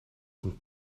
dan